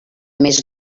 més